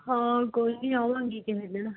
ਹਾਂ ਕੋਈ ਨਾ ਆਵਾਂਗੀ ਕਿਸੇ ਦਿਨ